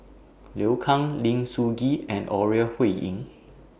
Liu Kang Lim Sun Gee and Ore Huiying